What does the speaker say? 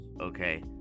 okay